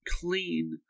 Clean